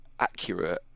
accurate